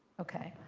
ok.